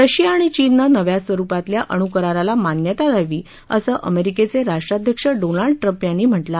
Russia आणि चीननं नव्या स्वरुपातल्या अणुकराराला मान्यता द्यावी असं अमेरिकेचे राष्ट्राध्यक्ष डोनाल्ड ट्रम्प यांनी म्हटलं आहे